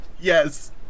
Yes